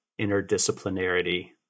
interdisciplinarity